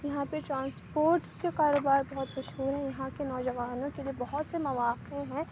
یہاں پہ ٹرانسپورٹ کے کاروبار بہت مشہور ہے یہاں کے نو جوانوں کے لیے بہت سے مواقع ہیں